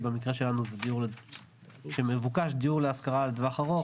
שבמקרה שלנו זה שמבוקש דיור להשכרה לטווח ארוך,